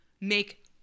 make